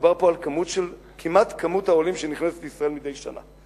מדובר פה על מספר שהוא כמעט מספר העולים שנכנסים לישראל מדי שנה.